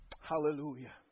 Hallelujah